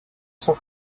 son